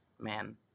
Man